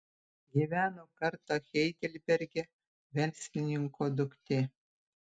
gyveno kartą heidelberge verslininko duktė